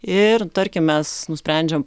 ir tarkim mes nusprendžiam